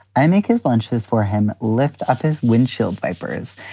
i make his lunches for him, lift up his windshield wipers.